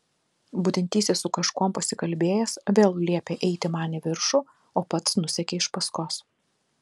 budintysis su kažkuom pasikalbėjęs vėl liepė eiti man į viršų o pats nusekė iš paskos